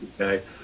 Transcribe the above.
Okay